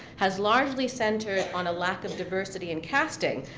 has largely centered on a lack of diversity in casting,